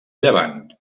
llevant